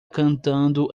cantando